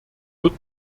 wird